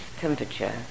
temperature